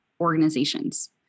organizations